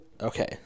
Okay